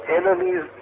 enemies